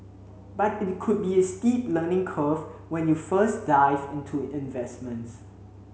but it could be a steep learning curve when you first dive into investments